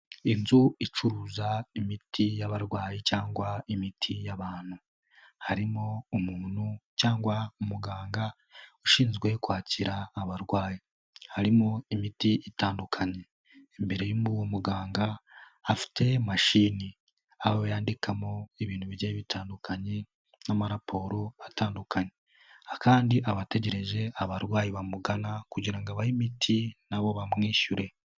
Inzu icuruza imiti y'abarwayi cyangwa imiti y'abantu, harimo umuntu cyangwa umuganga ushinzwe kwakira abarwayi, harimo imiti itandukanye, imbere y'uwo muganga afite mashini aho yandikamo ibintu bigiye bitandukanye n'amaraporo atandukanye kandi aba ategereje abarwayi bamugana kugira ngo abahe imiti na bo bamwishyure.